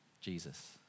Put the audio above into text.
Jesus